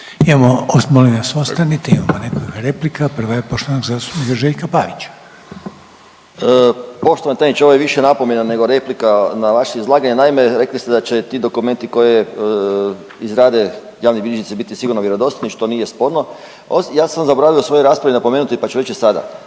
Imamo, molim vas ostanite. Imamo nekoliko replika. Prva je poštovanog zastupnika Željka Pavića. **Pavić, Željko (Socijaldemokrati)** Poštovani tajniče, ovo je više napomena nego replika na vaše izlaganje. Naime, rekli ste da će ti dokumenti koje izrade javni bilježnici biti sigurno vjerodostojni što nije sporno. Ja sam zaboravio u svojoj raspraviti napomenuti pa ću reći sada.